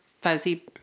fuzzy